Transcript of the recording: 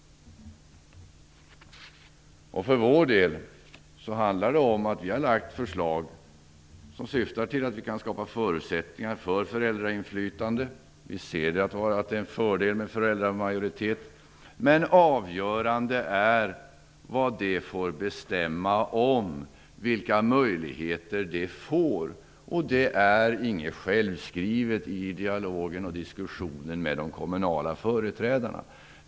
Vi för vår del har lagt fram förslag som syftar till att skapa förutsättningar för föräldrainflytande. Vi ser att det är en fördel med föräldramajoritet, men avgörande är vad de får bestämma om och vilka möjligheter de får. Det är inget självskrivet i dialogen och diskussionen med de kommunala företrädarna.